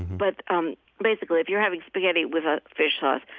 but um basically if you're having spaghetti with a fish sauce,